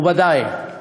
מכובדי,